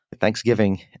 Thanksgiving